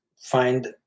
find